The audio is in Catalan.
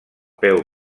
peu